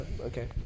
okay